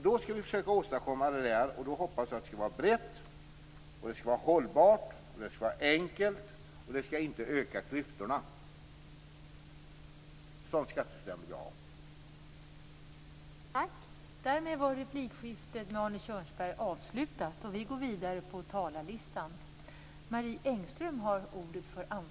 Då skall vi försöka att åstadkomma ett skattesystem som jag hoppas skall vara brett, hållbart, enkelt, och det skall inte öka klyftorna. Ett sådant skattesystem vill jag ha.